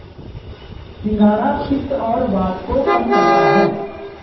सिंघाड़ा पित्त और वात को कम करता है